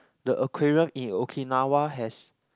the aquarium in Okinawa has